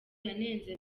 yanenze